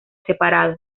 separado